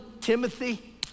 Timothy